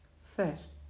first